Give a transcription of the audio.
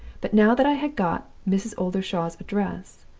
but now that i had got mrs. oldershaw's address,